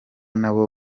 nabo